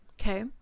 Okay